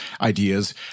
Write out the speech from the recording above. ideas